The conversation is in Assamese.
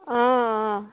অঁ অঁ